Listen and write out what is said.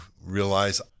realize